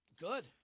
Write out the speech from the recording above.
Good